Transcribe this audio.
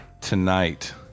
Tonight